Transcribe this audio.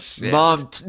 mom